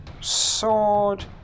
sword